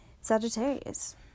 Sagittarius